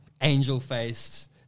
angel-faced